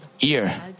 ear